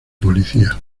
policía